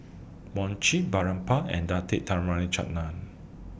Mochi Boribap and Date Tamarind Chutney